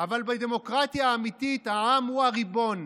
אבל בדמוקרטיה אמיתית העם הוא הריבון,